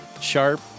sharp